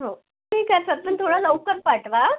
हो ठीक आहे सर पण थोडा लवकर पाठवा